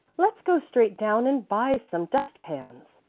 let's go straight down and buy some dust-pans,